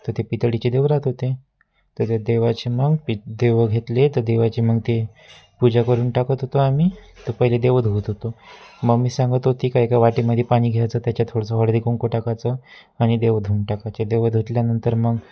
तर ते पितळीचे देव राहत होते तर ते देवाचे मग पी देव घेतले तर देवाचे मग ते पूजा करून टाकत होतो आम्ही तर पहिले देव धुत होतो मम्मी सांगत होती का एका वाटीमध्ये पाणी घ्यायचं त्या थोडंसं हळदी कुंकू टाकायचं आणि देव धुऊन टाकायचे देव धुतल्यानंतर मग